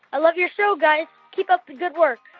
i love your show, guys. keep up the good work